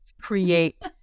create